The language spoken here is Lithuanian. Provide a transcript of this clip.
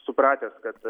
supratęs kad